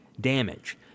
damage